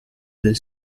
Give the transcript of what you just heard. del